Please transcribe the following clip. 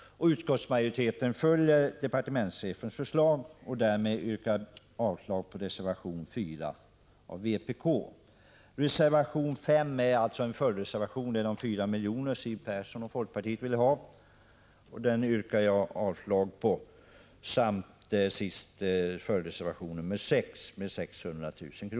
Utskottsmajoriteten följer departementschefens förslag. Därmed yrkar jag avslag på reservation 4 av vpk. Reservation 5 är en följdreservation. Den handlar om de 4 miljoner som Siw Persson och folkpartiet vill ha. Jag yrkar avslag på den reservationen samt till sist även på följdreservation nr 6 om ett anslag på 600 000 kr.